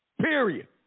period